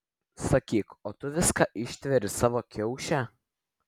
sakyk o tu viską ištveri savo kiauše